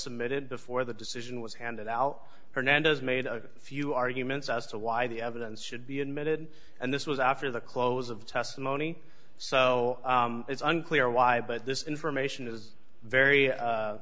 submitted before the decision was handed out hernandez made a few arguments as to why the evidence should be admitted and this was after the close of testimony so it's unclear why but this information is very